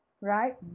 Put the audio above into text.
Right